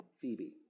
Phoebe